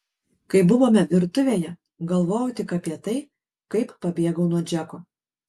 kai buvome virtuvėje galvojau tik apie tai kaip pabėgau nuo džeko